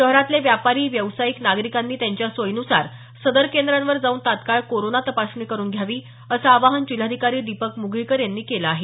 शहरातले व्यापारी व्यावसायिक नागरिकांनी त्यांच्या सोईनुसार सदर केंद्रावर जाऊन तात्काळ कोरोना तपासणी करुन घ्यावी असं आवाहन जिल्हाधिकारी दीपक मुगळीकर यांनी केल आहे